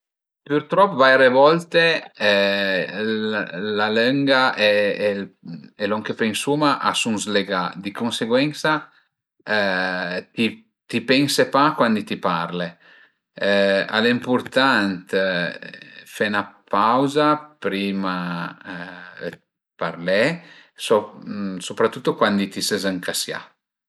Pürtrop vaire volte la lënga e lon che pensuma a sun zlegà, di cunseguensa ti pense pa cuandi ti parle. Al e impurtant fe 'na pauza prima d'parlé soprattutto cuandi ti ses ëncasià